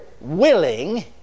willing